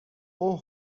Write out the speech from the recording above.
اوه